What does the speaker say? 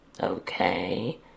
Okay